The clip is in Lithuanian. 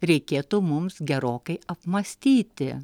reikėtų mums gerokai apmąstyti